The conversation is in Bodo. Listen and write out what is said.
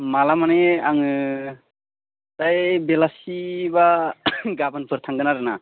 माला मानि आङो दाय बिलासिबा गाबोनफोर थांगोन आरो ना